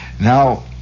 Now